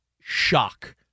shock